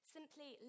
Simply